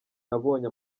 nabonye